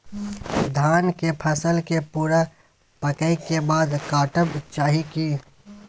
धान के फसल के पूरा पकै के बाद काटब चाही की?